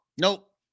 Nope